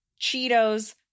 Cheetos